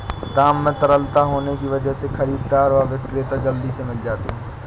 दाम में तरलता होने की वजह से खरीददार व विक्रेता जल्दी से मिल जाते है